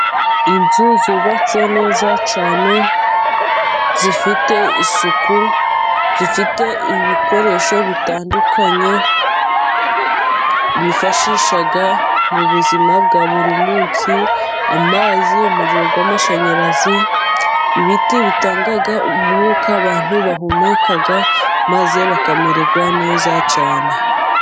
Inzu zubatse neza cyane, zifite isuku, zifite ibikoresho bitandukanye, bifashisha mu buzima bwa buri munsi, amazi, umuriro w'amashanyarazi, ibiti bitanga umwuka abantu bahumeka maze bakamererwa neza cyane.